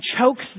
chokes